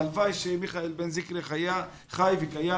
הלוואי שמיכאל בן זקרי היה חי וקיים